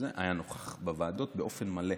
היה נוכח בוועדות באופן מלא,